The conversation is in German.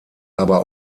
aber